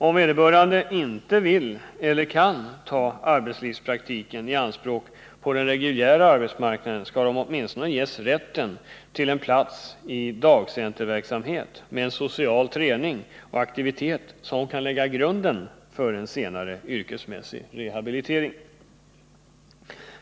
Om vederbörande inte vill eller kan ta arbetslivspraktiken i anspråk på den reguljära arbetsmarknaden, skall de åtminstone ges rätten till en plats i dageenterverksamhet med social träning och aktivitet som kan lägga grunden för en senare yrkesmässig rehabilitering.